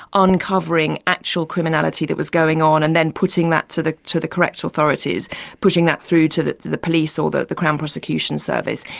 uncovering actual criminality that was going on and then putting that to the to the correct so authorities putting that through to the to the police or the the crown prosecution service.